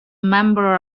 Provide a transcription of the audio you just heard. member